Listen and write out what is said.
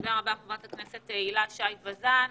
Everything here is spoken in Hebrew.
תודה רבה, חברת הכנסת הילה שי וזאן.